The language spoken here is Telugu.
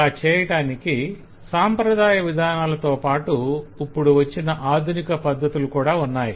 అలా చేయటానికి సాంప్రదాయ విధానాలతో పాటు ఇప్పుడు వచ్చిన ఆధునిక పద్ధతులు కూడా ఉన్నాయి